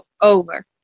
over